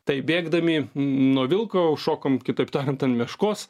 tai bėgdami nuo vilko užšokom kitaip tariant ant meškos